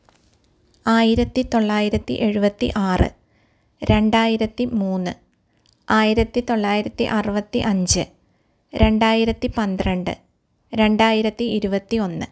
ആയിരത്തി തൊള്ളായിരത്തി എഴുപത്തി ആറ് രണ്ടായിരത്തി മൂന്ന് ആയിരത്തി തൊള്ളായിരത്തി അറുപത്തി അഞ്ച് രണ്ടായിരത്തി പന്ത്രണ്ട് രണ്ടായിരത്തി ഇരുപത്തി ഒന്ന്